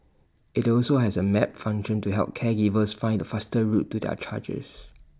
IT also has A map function to help caregivers find the fastest route to their charges